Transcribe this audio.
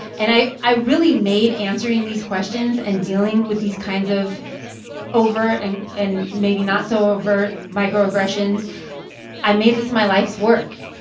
and i i really made answering these questions and dealing with these kinds of overt and and maybe not so overt microaggressions microaggressions i made this my life's work.